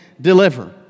deliver